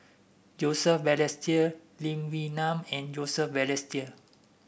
Joseph Balestier Lee Wee Nam and Joseph Balestier